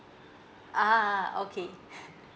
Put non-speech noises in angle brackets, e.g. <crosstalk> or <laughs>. ah okay <laughs>